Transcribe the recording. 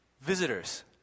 Visitors